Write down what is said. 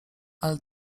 ale